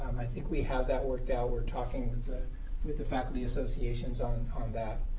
i think we have that worked out. we're talking with the with the faculty associations on on that.